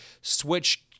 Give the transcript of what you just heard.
Switch